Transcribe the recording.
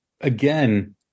again